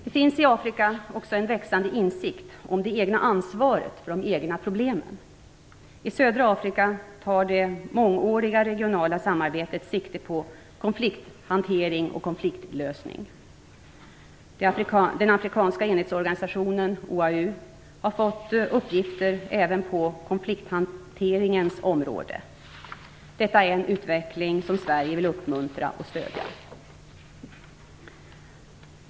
Det finns i Afrika också en växande insikt om det egna ansvaret för de egna problemen. I södra Afrika tar det mångåriga regionala samarbetet sikte på konflikthantering och konfliktlösning. Den afrikanska enhetsorganisationen OAU har fått uppgifter även på konflikthanteringens område. Detta är en utveckling som Sverige vill uppmuntra och stödja.